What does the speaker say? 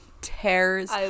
tears